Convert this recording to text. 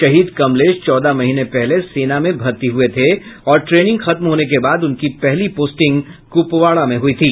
शहीद कमलेश चौदह महीने पहले सेना में भर्ती हुये थे और ट्रेनिंग खत्म होने के बाद उनकी पहली पोस्टिंग कुपवाड़ा में हुयी थी